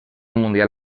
mundial